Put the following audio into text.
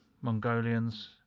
Mongolians